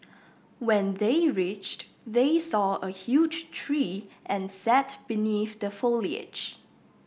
when they reached they saw a huge tree and sat beneath the foliage